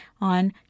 on